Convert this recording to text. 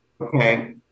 Okay